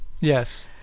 Yes